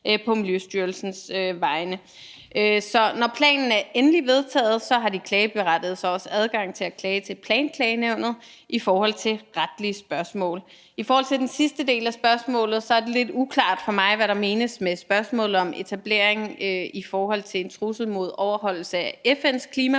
på Miljøstyrelsens vegne. Så når planen er endeligt vedtaget, har de klageberettigede også adgang til at klage til Planklagenævnet i forhold til retlige spørgsmål. I forhold til den sidste del af spørgsmålet er det lidt uklart for mig, hvad der menes med spørgsmålet om etablering i forhold til en trussel mod overholdelse af FN's klimamål.